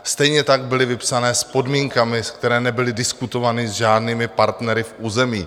Stejně tak byly vypsané s podmínkami, které nebyly diskutovány s žádnými partnery v území.